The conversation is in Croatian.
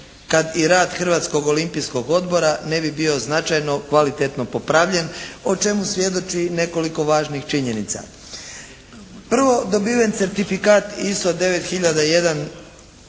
kad i rad Hrvatskog olimpijskog odbora ne bi bio značajno kvalitetno popravljen o čemu svjedoči i nekoliko važnih činjenica. Prvo, dobiven certifikat ISO 9001